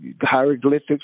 hieroglyphics